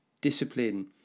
discipline